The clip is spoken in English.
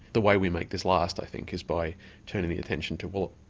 the way we make this last i think is by turning the attention to, well,